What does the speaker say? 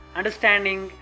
understanding